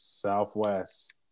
Southwest